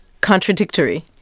contradictory